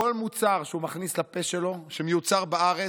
כל מוצר שהוא מכניס לפה שלו שמיוצר בארץ,